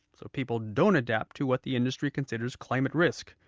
so people don't adapt to what the industry considers climate risk.